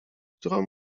którą